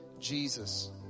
Jesus